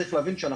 צריך להבין,